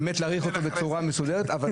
להעריך אותו בצורה מסודרת --- אבל